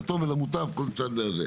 לטוב ולמוטב כל צד זה.